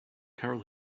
carol